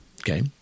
Okay